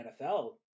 NFL